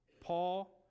Paul